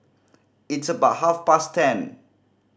its about half past ten